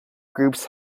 groups